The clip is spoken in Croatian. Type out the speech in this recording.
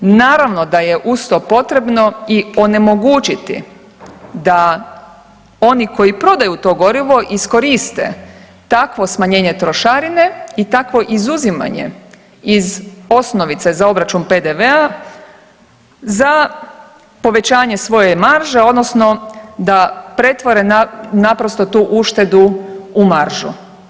Naravno da je uz to potrebno i onemogućiti da oni koji prodaju to gorivo iskoriste takvo smanjenje trošarine i takvo izuzimanje iz osnovice za obračun PDV-a za povećanje svoje marže, odnosno da pretvore naprosto tu uštedu u maržu.